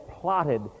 plotted